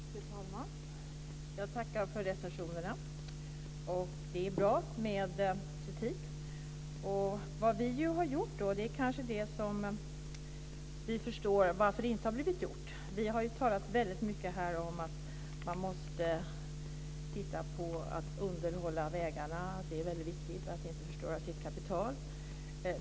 Fru talman! Jag tackar för recensionerna, det är bra med kritik. Vad vi har gjort är kanske att vi förstått varför det inte blivit gjort. Vi har talat väldigt mycket om att man måste underhålla vägarna. Det är väldigt viktigt att inte förstöra kapitalet.